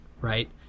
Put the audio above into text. right